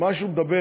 מה שהוא אומר,